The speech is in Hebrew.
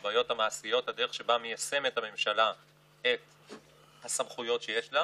יש תהום אידיאולוגית בינינו בהרבה מאוד נושאים,